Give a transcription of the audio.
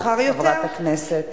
חברת הכנסת.